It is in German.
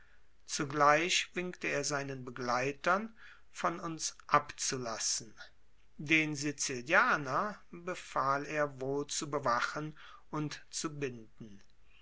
zugleich winkte er seinen begleitern von uns abzulassen den sizilianer befahl er wohl zu bewachen und zu binden